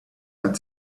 had